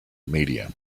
media